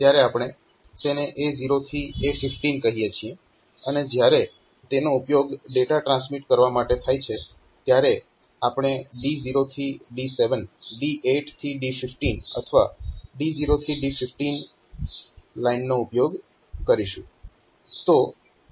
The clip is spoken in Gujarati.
ત્યારે આપણે તેને A0 થી A15 કહીએ છીએ અને જ્યારે તેનો ઉપયોગ ડેટા ટ્રાન્સમીટ કરવા માટે થાય છે ત્યારે આપણે D0 થી D7 D8 થી D15 અથવા D0 થી D15 લાઇનનો ઉપયોગ કરીશું